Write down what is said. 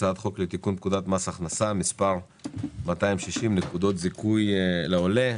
הצעת חוק לתיקון פקודת מס הכנסה (מס' 260) (נקודות זיכוי לעולה).